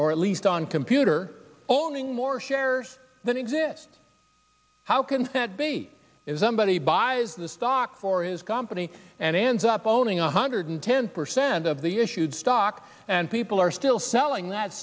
or at least on computer owning more shares than exist how can that be as somebody buys the stock for his company and ends up owning one hundred ten percent of the issued stock and people are still selling that